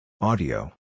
Audio